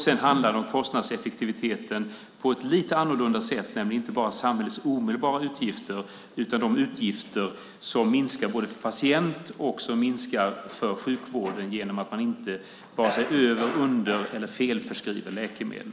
Det handlar också om kostnadseffektiviteten på ett lite annorlunda sätt, nämligen inte bara samhällets omedelbara utgifter, utan de utgifter som minskar för både patient och sjukvård genom att man inte vare sig över-, under eller felförskriver läkemedel.